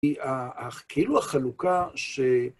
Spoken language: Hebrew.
היא כאילו החלוקה ש...